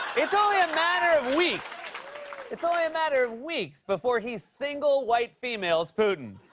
it's only a matter of weeks it's only a matter of weeks before he single white females putin.